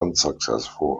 unsuccessful